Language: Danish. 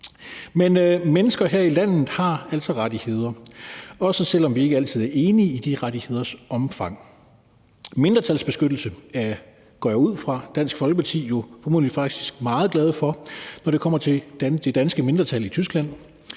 Men mennesker her i landet har altså rettigheder, også selv om vi ikke altid er enige i de rettigheders omfang. Mindretalsbeskyttelse går jeg faktisk formodentlig ud fra at Dansk Folkeparti er meget glade for, når det kommer til det danske mindretal i Tyskland